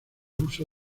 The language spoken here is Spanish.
uso